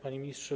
Panie Ministrze!